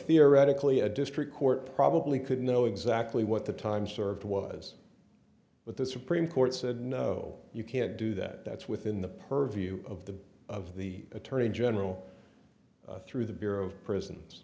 theoretically a district court probably could know exactly what the time served was what the supreme court said no you can't do that that's within the purview of the of the attorney general through the bureau of prisons